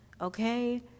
okay